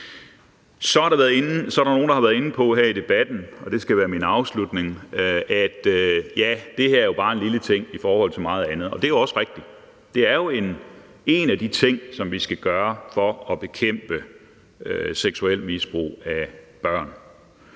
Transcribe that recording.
Så er der nogle, der her i debatten har været inde på – og det skal være min afslutning – at det her jo bare er en lille ting i forhold til så meget andet. Og det er også rigtigt, det er en af de ting, vi skal gøre for at bekæmpe seksuelt misbrug af børn,